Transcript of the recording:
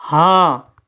ہاں